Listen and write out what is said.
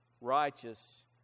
righteous